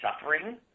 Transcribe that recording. suffering